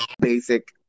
basic